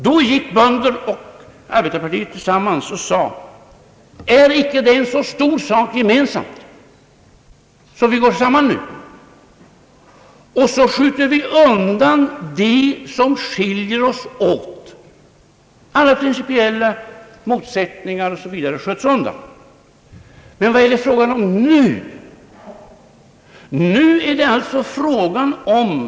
Då gick bönder och arbetare tillsammans och sade: är inte detta en så stor gemensam sak att vi bör gå samman och skjuta undan det som skiljer oss åt? Alla principiella motsättningar osv. sköts undan. Men vad är det nu fråga om?